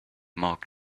mark